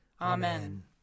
Amen